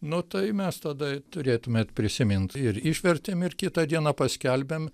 nu tai mes tada turėtumėt prisimint ir išvertėm ir kitą dieną paskelbėm